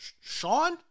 Sean